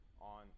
on